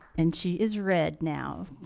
and she is read now,